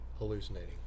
Hallucinating